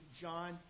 John